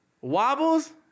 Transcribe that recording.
wobbles